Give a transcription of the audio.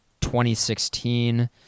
2016